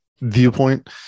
viewpoint